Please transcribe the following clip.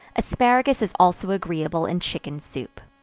asparagus is also agreeable in chicken soup.